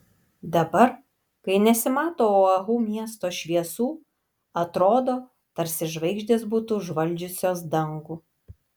dabar kai nesimato oahu miesto šviesų atrodo tarsi žvaigždės būtų užvaldžiusios dangų